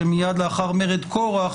שמיד לאחר מרד קורח,